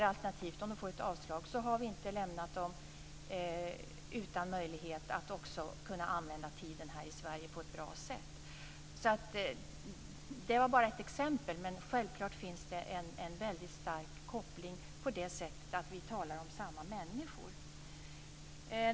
Alternativt, om de får ett avslag, har vi inte lämnat dem utan möjlighet att använda tiden här i Sverige på ett bra sätt. Det var bara ett exempel, men självklart finns det en väldigt stark koppling på det sättet att vi talar om samma människor.